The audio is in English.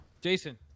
Jason